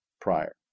prior